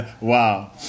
Wow